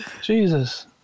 Jesus